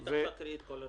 אני תיכף אקרא את כל הרשימה.